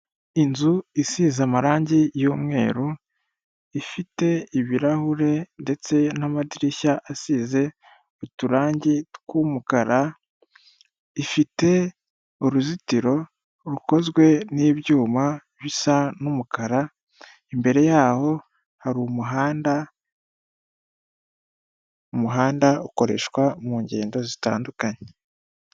Inzu isize amarangi y'umweru, ifite ibirahure ndetse n'amadirishya asize uturangi tw'umukara, ifite uruzitiro rukozwe n'ibyuma bisa n'umukara, imbere yaho hari umuhanda, umuhanda ukoreshwa mu ngendo zitandukanye.